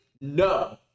no